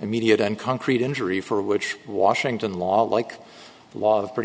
immediate and concrete injury for which washington law like a lot of pretty